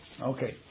Okay